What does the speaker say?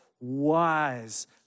wise